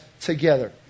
together